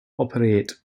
operate